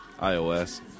iOS